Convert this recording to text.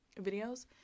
videos